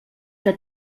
que